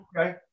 okay